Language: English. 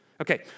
Okay